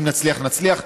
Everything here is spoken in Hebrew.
אם נצליח, נצליח.